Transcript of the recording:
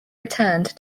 returned